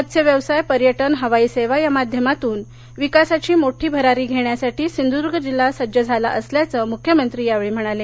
मत्स्यव्यवसाय पर्यटन हवाई सेवा या माध्यमातून विकासाची मोठी भरारी घेण्यासाठी सिंधुद्ग जिल्हा सज्ज झाला असल्याचं मुख्यमंत्री यावेळी म्हणाले